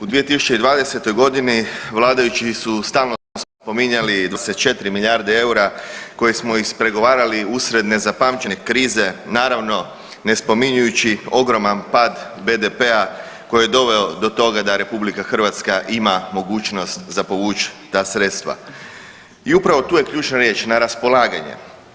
U 2020.g. vladajući su stalno spominjali 24 milijarde eura koje smo ispregovarali usred nezapamćene krize naravno ne spominjući ogroman pad BDP-a koji je doveo do toga da RH ima mogućnost za povuć ta sredstava i upravo tu je ključna riječ na raspolaganje.